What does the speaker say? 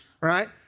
right